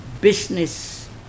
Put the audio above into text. business